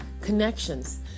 connections